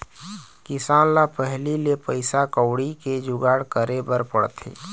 किसान ल पहिली ले पइसा कउड़ी के जुगाड़ करे बर पड़थे